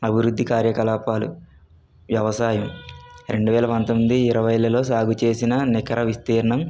అభివృద్ధి కార్యకలాపాలు వ్యవసాయం రెండు వేల పంతొమ్మిది ఇరవైలలో సాగుచేసిన నికర విస్తీర్ణం